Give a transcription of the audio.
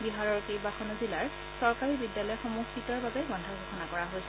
বিহাৰৰ বছতো জিলাৰ চৰকাৰী বিদ্যালয়সমূহ শীতৰ বাবে বন্ধ ঘোষণা কৰা হৈছে